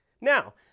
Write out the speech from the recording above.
Now